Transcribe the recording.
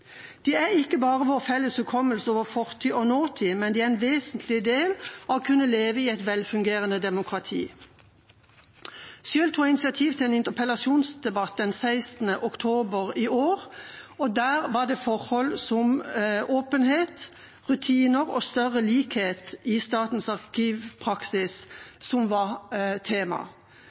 De er ikke bare vår felles hukommelse om vår fortid og nåtid, men en vesentlig del av å kunne leve i et velfungerende demokrati. Selv tok jeg initiativ til en interpellasjonsdebatt den 16. oktober i år, der forhold som åpenhet, rutiner og større likhet i statens arkivpraksis var